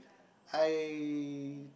I